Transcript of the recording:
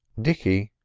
dicky,